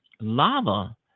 lava